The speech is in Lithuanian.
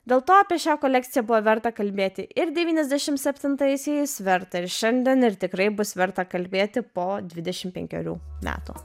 dėl to apie šią kolekciją buvo verta kalbėti ir devyniasdešimt septintaisiais verta ir šiandien ir tikrai bus verta kalbėti po dvidešimt penkerių metų